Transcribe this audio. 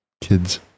kids